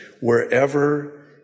wherever